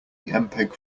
mpeg